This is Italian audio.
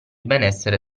benessere